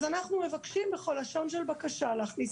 אז אנחנו מבקשים בכל לשון של בקשה להכניס